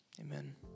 Amen